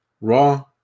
RAW